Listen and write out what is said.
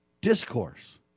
discourse